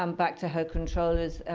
um back to her controllers.